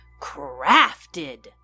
crafted